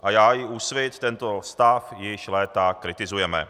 A já i Úsvit tento stav již léta kritizujeme.